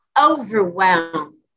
overwhelmed